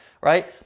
Right